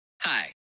Hi